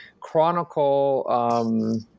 chronicle